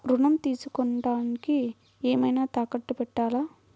ఋణం తీసుకొనుటానికి ఏమైనా తాకట్టు పెట్టాలా?